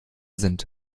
sind